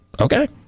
okay